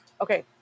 Okay